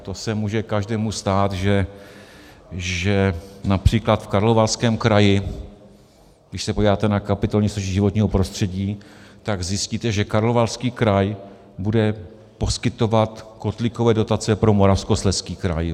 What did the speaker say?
To se může stát, každému, že například v Karlovarském kraji, když se podíváte na kapitolní sešit životního prostředí, tak zjistíte, že Karlovarský kraj bude poskytovat kotlíkové dotace pro Moravskoslezský kraj.